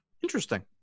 interesting